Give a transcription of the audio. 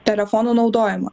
telefono naudojimą